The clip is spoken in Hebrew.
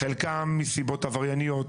חלקם מסיבות עברייניות,